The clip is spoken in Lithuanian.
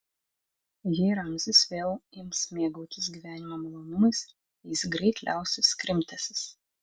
jei ramzis vėl ims mėgautis gyvenimo malonumais jis greit liausis krimtęsis